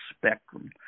spectrum